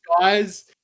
guys